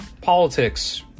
politics